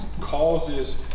causes